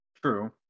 True